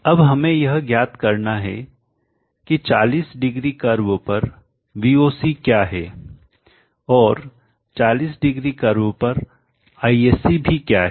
अब हमें यह ज्ञात करना है कि 40 डिग्री कर्व पर VOC क्या है और 40 डिग्री कर्व पर ISC भी क्या है